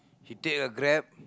he take a Grab